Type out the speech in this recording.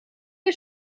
wir